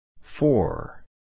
Four